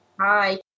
Hi